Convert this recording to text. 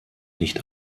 nicht